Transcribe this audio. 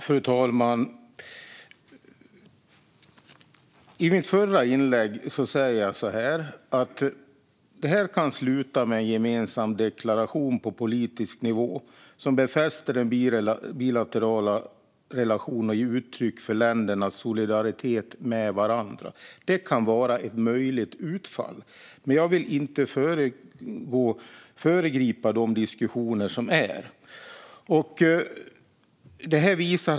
Fru talman! I mitt förra inlägg sa jag att detta kan sluta med en gemensam deklaration på politisk nivå som befäster den bilaterala relationen och ger uttryck för ländernas solidaritet med varandra. Det kan vara ett möjligt utfall. Men jag vill inte föregripa de diskussioner som förs.